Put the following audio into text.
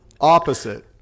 opposite